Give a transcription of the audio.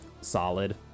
solid